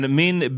min